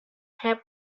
have